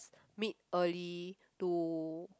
meet early to